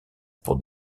pour